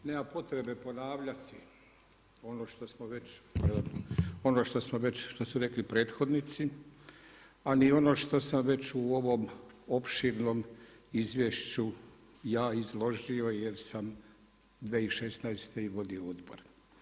Nema potreba ponavljati ono što smo već, što su rekli prethodnici a ni ono što sam već u ovom opširnom izvješću ja izložio jer sam 2016. i vodio odbor.